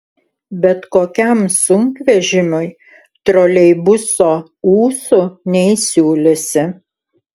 bet kokiam sunkvežimiui troleibuso ūsų neįsiūlysi